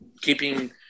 keeping